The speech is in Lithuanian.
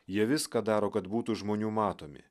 jie viską daro kad būtų žmonių matomi